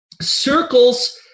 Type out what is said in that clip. Circles